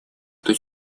эту